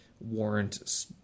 warrant